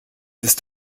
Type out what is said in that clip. ist